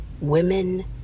women